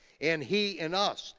and he in us,